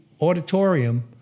auditorium